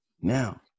now